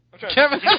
Kevin